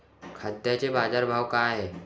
कांद्याचे बाजार भाव का हाये?